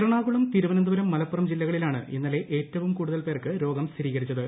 എറണാകുളം തിരുവനന്തപുരം മലപ്പുറം ജില്ലകളിലാണ് ഇന്നലെ ഏറ്റവും കൂടുതൽ പേർക്ക് രോഗം സ്ഥിരീകരിച്ചത്